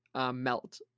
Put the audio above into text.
melt